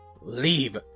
Leave